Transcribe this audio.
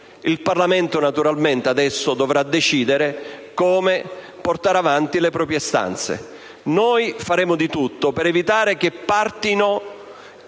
Il Parlamento, naturalmente, adesso dovrà decidere come portare avanti le proprie istanze. Noi faremo di tutto per evitare che vengano